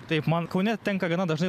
taip man kaune tenka gana dažnai